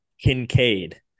Kincaid